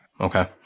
Okay